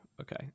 okay